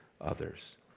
Others